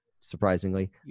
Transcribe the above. surprisingly